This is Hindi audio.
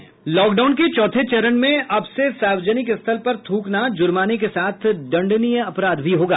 लॉकडाउन के चौथे चरण में अब से सार्वजनिक स्थल पर थूकना जुर्माने के साथ दण्डनीय अपराध भी होगा